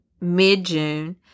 mid-June